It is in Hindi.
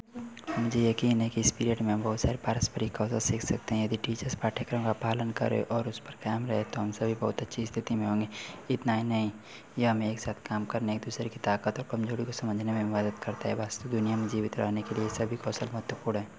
मुझे यक़ीन है कि इस पीरियड में हम बहुत सारे पारस्परिक कौशल सीख सकते हैं यदि टीचर्स पाठ्यक्रम का पालन करें और उस पर कायम रहें तो हम सभी बहुत अच्छी स्थिति में होंगे इतना ही नहीं यह हमें एक साथ काम करने एक दूसरे की ताक़त और कमज़ोरी को समझने में भी मदद करता है वास्तविक दुनिया में जीवित रहने के लिए ये सभी कौशल महत्वपूर्ण हैं